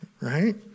right